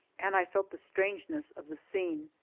and i felt the strangeness of the scene.